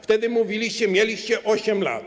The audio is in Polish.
Wtedy mówiliście: Mieliście 8 lat.